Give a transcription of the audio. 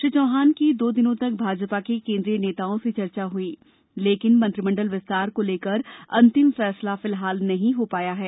श्री चौहान की दो दिनों तक भाजपा के केंद्रीय नेताओं से चर्चा हुई लेकिन मंत्रिमंडल विस्तार को लेकर अंतिम फैसला फिलहाल नहीं हो पाया है